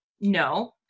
No